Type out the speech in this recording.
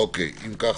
אם כך